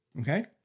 Okay